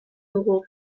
dugu